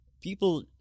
people